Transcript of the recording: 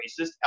racist